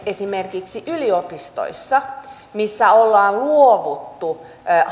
esimerkiksi yliopistoissa missä ollaan luovuttu